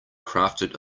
crafted